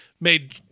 made